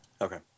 Okay